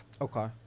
Okay